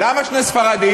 למה שני ספרדים?